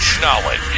knowledge